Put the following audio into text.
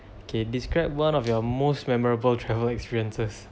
okay describe one of your most memorable travel experiences